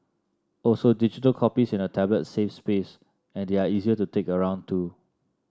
also digital copies in a tablet save space and they are easier to take around too